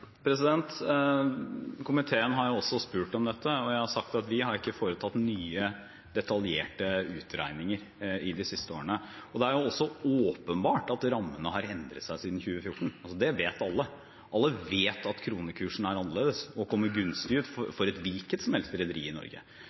Komiteen har også spurt om dette, og jeg har sagt at vi ikke har foretatt nye, detaljerte utregninger de siste årene. Det er også åpenbart at rammene har endret seg siden 2014 – det vet alle. Alle vet at kronekursen er annerledes og kommer gunstig ut for et hvilket som helst rederi i Norge.